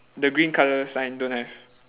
the green colour sign don't have